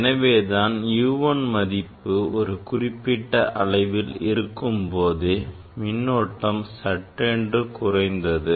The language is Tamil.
எனவேதான் U 1 மதிப்பு ஒரு குறிப்பிட்ட அளவில் இருக்கும் போதே மின்னோட்டம் சட்டென்று குறைந்தது